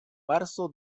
marzo